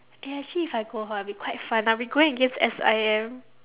eh actually if I go ha it will be quite fun I'll be going against S_I_M